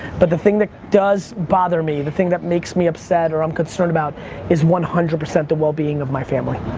but the thing that does bother me, the thing that makes me upset or i'm concerned about is one hundred percent the well-being of my family.